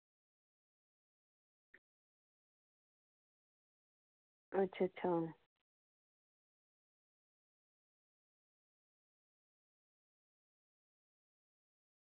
अच्छा अच्छा